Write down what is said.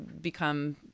become